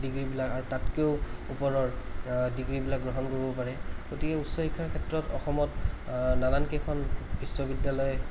ডিগ্ৰীবিলাক আৰু তাতকৈও ওপৰৰ ডিগ্ৰীবিলাক গ্ৰহণ কৰিব পাৰে গতিকে উচ্চ শিক্ষাৰ ক্ষেত্ৰত অসমত নানান কেইখন বিশ্ববিদ্য়ালয়